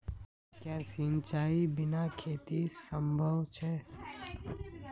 क्याँ सिंचाईर बिना खेत असंभव छै?